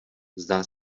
zdá